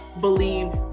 believe